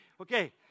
Okay